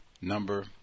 Number